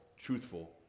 truthful